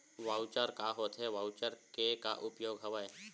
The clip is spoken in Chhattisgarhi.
वॉऊचर का होथे वॉऊचर के का उपयोग हवय?